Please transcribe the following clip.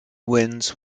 wins